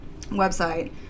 website